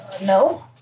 No